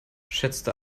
schätzte